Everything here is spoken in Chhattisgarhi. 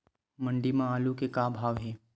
मंडी म आलू के का भाव हे?